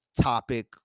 topic